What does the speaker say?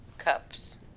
Cups